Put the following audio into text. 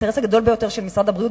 האינטרס הגדול ביותר של משרד הבריאות,